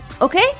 okay